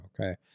okay